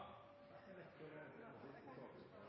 jeg er viktig å ha med. Før sakene på